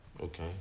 Okay